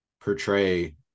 portray